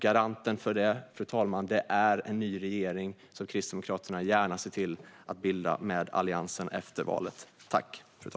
Garanten för detta, fru talman, är en ny regering som Kristdemokraterna gärna bildar med Alliansen efter valet.